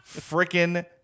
freaking